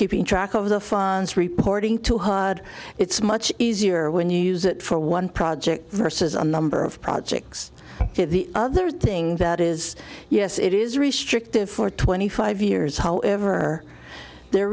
keeping track of the funds reporting to hide it's much easier when you use it for one project versus a number of projects the other thing that is yes it is restrictive for twenty five years however they're